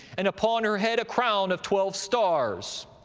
and upon her head a crown of twelve stars.